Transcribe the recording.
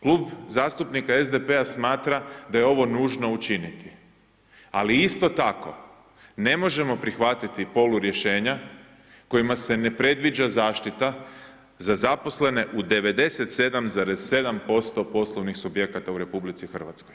Klub zastupnika SDP-a smatra da je ovo nužno učiniti, ali isto tako ne možemo prihvatiti polurješenja kojima se ne predviđa zaštita za zaposlene u 97,7% poslovnih subjekata u RH.